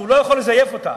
שהוא לא יכול לזייף אותה,